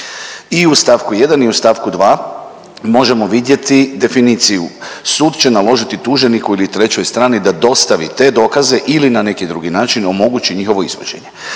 i u st. 1 i u st. 2 možemo vidjeti definiciju, sud će naložiti tuženiku ili trećoj strani da dostavi te dokaze ili na neki drugi način omogući njihovo izvođenje.